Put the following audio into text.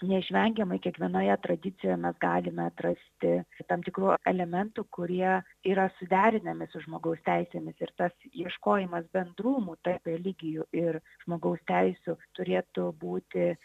neišvengiamai kiekvienoje tradicijoje mes galime atrasti tam tikrų elementų kurie yra suderinami su žmogaus teisėmis ir tas ieškojimas bendrumų tarp religijų ir žmogaus teisių turėtų būti